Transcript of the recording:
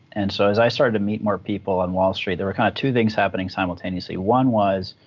and so as i started meet more people on wall street, there were kind of two things happening simultaneously. one was